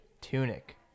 tunic